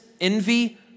envy